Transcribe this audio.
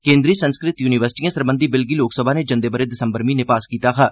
केन्द्री संस्कृत युनिवर्सिटिएं सरबंधी बिल गी लोकसभा नै जंदे ब' रे दिसम्बर म्हीने पास कीता हा